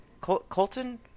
Colton